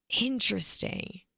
Interesting